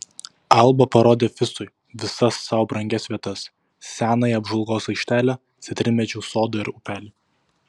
alba parodė ficui visas sau brangias vietas senąją apžvalgos aikštelę citrinmedžių sodą ir upelį